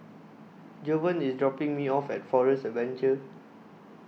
Jovan IS dropping Me off At Forest Adventure